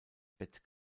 bett